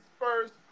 first